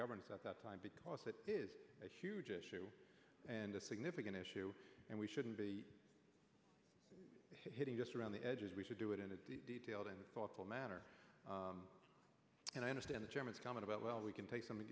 governance at that time because that is a huge issue and a significant issue and we shouldn't be hitting just around the edges we should do it in a detailed and thoughtful manner and i understand the chairman's comment about well we can take something